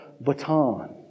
baton